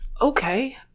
Okay